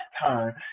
time